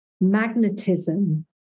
Magnetism